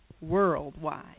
worldwide